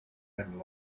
and